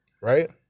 right